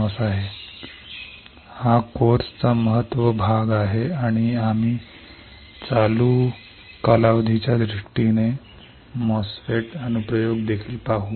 हा कोर्सचा महत्त्वाचा भाग किंवा महत्त्वाचा भाग आहे आणि आम्ही चालू कालावधीच्या दृष्टीने MOSFETs चा अनुप्रयोग देखील पाहू